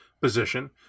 position